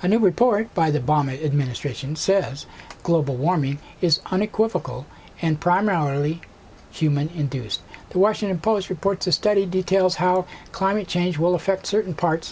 a new report by the bombing administration says global warming is unequivocal and primarily human induced the washington post reports a study details how climate change will affect certain parts